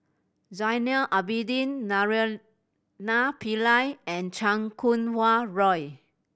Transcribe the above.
Zainal Abidin Naraina Pillai and Chan Kum Wah Roy